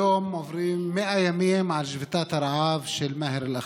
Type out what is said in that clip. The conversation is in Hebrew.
היום עברו 100 ימים של שביתת הרעב של מאהר אל-אח'רס.